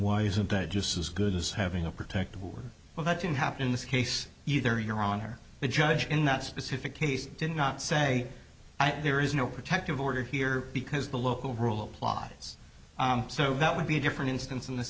why isn't that just as good as having a protective order for that to happen in this case either your honor the judge in that specific case did not say there is no protective order here because the local rule applies so that would be a different instance in this